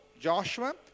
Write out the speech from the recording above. Joshua